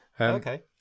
Okay